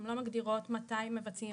הן לא מגדירות מתי מבצעים,